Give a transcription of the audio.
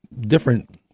different